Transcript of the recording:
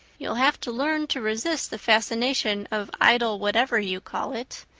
you'll have to learn to resist the fascination of idle-whatever-you-call-it.